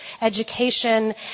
education